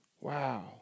Wow